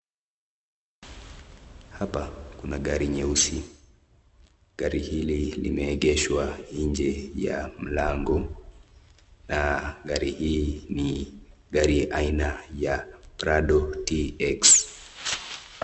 Hapa Kuna gari nyeuzi gari hili imeegeswa njee ya mlango na gari hii ni gari ya haina ya Brado TX.